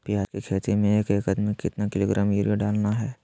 प्याज की खेती में एक एकद में कितना किलोग्राम यूरिया डालना है?